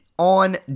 on